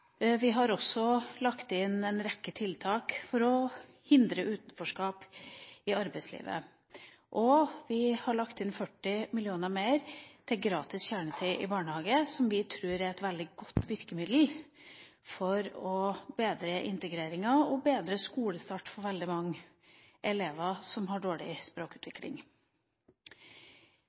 Vi har også lagt inn forslag om en rekke tiltak for å hindre utenforskap i arbeidslivet. Vi har lagt inn 40 mill. kr mer til gratis kjernetid i barnehagen, som vi tror er et veldig godt virkemiddel for å bedre integreringa og bedre skolestarten for veldig mange elever som har dårlig språkutvikling.